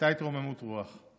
הייתה התרוממות רוח.